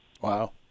wow